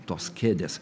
tos kėdės